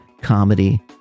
comedy